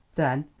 then,